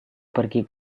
pergi